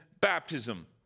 baptism